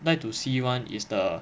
like to see one is the